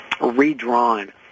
redrawn